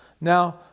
Now